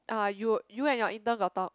ah you you and your intern got talk